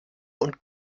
und